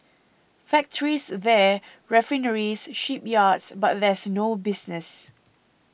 factories there refineries shipyards but there's no business